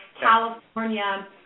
California